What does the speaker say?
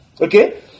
Okay